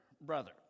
brother